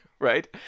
right